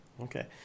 Okay